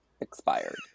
expired